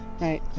Right